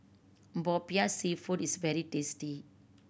Popiah Seafood is very tasty